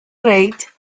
reich